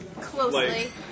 closely